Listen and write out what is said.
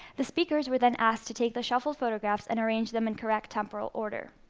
the speakers were then asked to take the shuffled photographs and arrange them in correct temporal order.